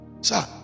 Sir